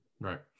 Right